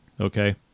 okay